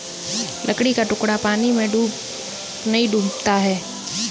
लकड़ी का टुकड़ा पानी में नहीं डूबता है